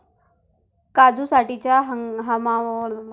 काजूसाठीच्या हवामान आधारित फळपीक विमा योजनेचा मी लाभ घेऊ शकतो का?